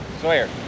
Sawyer